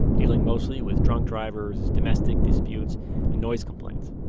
dealing mostly with drunk drivers, domestic disputes and noise complaints.